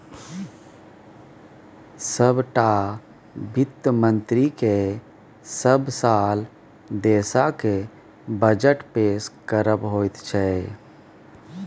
सभटा वित्त मन्त्रीकेँ सभ साल देशक बजट पेश करब होइत छै